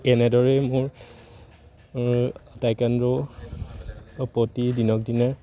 এনেদৰেই মোৰ টাইকোৱনড' প্ৰতি দিনক দিনে